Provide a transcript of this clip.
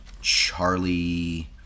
Charlie